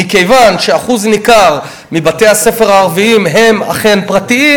מכיוון שאחוז ניכר מבתי-הספר הערביים הם אכן פרטיים,